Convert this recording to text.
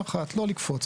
לא לקפוץ,